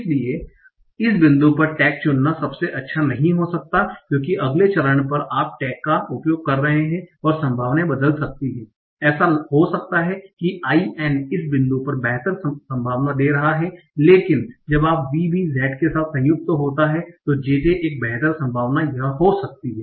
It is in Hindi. इसलिए इस बिंदु पर टैग चुनना सबसे अच्छा नहीं हो सकता है क्योंकि अगले चरण पर आप टैग का उपयोग कर रहे हैं और संभावनाएं बदल सकती हैं ऐसा हो सकता है कि IN इस बिंदु पर बेहतर संभावना दे रहा है लेकिन जब VBZ के साथ संयुक्त होता हैं तो JJ एक बेहतर संभावना यह हो सकती है